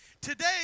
Today